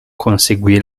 conseguì